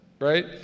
right